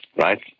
right